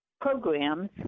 programs